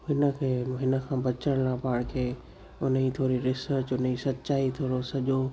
हिन खे हिन खां बचण लाइ पाण खे उन ई थोरी रिसर्च उन जी सचाई थोरो सॼो